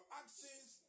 actions